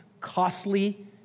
costly